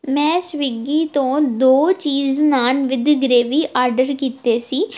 ਮੈਂ ਸਵਿੱਗੀ ਤੋਂ ਦੋ ਚੀਜ ਨਾਨ ਵਿਦ ਗ੍ਰੇਵੀ ਆਰਡਰ ਕੀਤੇ ਸੀ